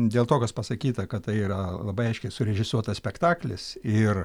dėl to kas pasakyta kad tai yra labai aiškiai surežisuotas spektaklis ir